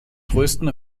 größten